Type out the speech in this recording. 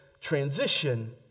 transition